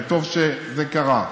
וטוב שזה קרה.